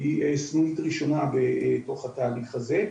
היא סנונית ראשונה בתוך התהליך הזה.